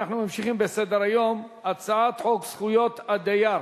אנחנו ממשיכים בסדר-היום: הצעת חוק זכויות הדייר